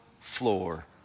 floor